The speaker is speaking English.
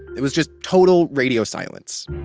it was just total radio silence.